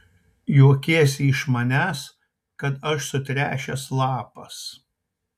juokiesi iš manęs kad aš sutręšęs lapas